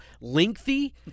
lengthy